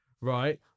right